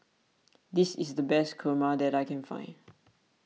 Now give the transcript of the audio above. this is the best Kurma that I can find